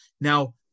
now